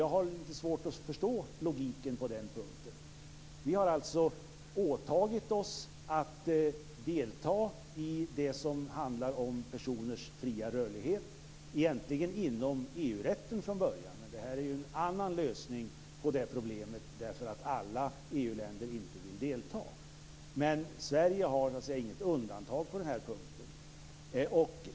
Jag har litet svårt att förstå logiken på den punkten. Vi har åtagit oss att delta i det som handlar om personers fria rörlighet - från början egentligen inom EU-rätten, men det här är ju en annan lösning på problemet i och med att alla EU-länder inte vill delta. Sverige har så att säga inget undantag på den här punkten.